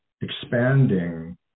expanding